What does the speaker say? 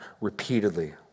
repeatedly